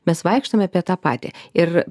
mes vaikštome apie tą patį ir